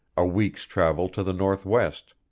a week's travel to the northwest